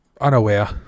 unaware